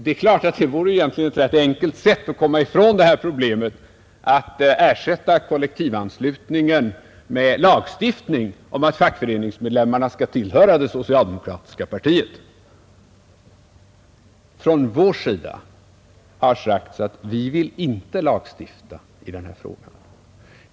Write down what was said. Det är klart att det vore ett enkelt sätt att komma ifrån detta problem: att ersätta kollektivanslutningen med lagstiftning om att fackföreningsmedlemmarna skall tillhöra det socialdemokratiska partiet. Från vår sida har sagts att vi inte vill lagstifta i denna fråga.